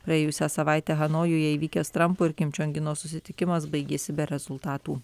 praėjusią savaitę hanojuje įvykęs trampo ir kim čiong ino susitikimas baigėsi be rezultatų